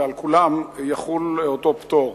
ועל כולם יחול אותו פטור.